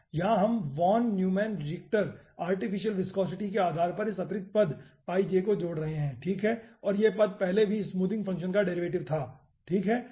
यहां हम von Neumann Richtmyer artificial viscosity के आधार पर इस अतिरिक्त पद को जोड़ रहे हैं ठीक है और यह पद पहले भी स्मूथिंग फ़ंक्शन का डेरिवेटिव था ठीक है